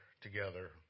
together